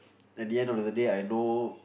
at the end of the day I know